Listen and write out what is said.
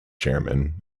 chairman